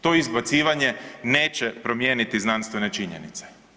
To izbacivanje neće promijeniti znanstvene činjenice.